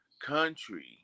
country